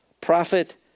prophet